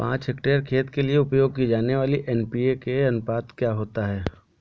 पाँच हेक्टेयर खेत के लिए उपयोग की जाने वाली एन.पी.के का अनुपात क्या होता है?